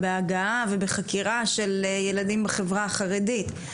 בהגעה ובחקירה של ילדים בחברה החרדית,